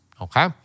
Okay